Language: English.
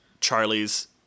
Charlie's